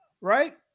right